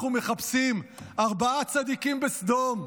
אנחנו מחפשים ארבעה צדיקים בסדום,